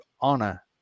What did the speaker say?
honor